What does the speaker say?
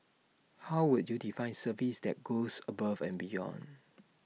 how would you define service that goes above and beyond